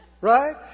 Right